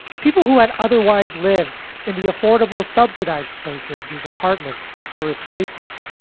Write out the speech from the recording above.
people who had otherwise lived in the affordable, subsidized places these apartments were replacing.